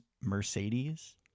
Mercedes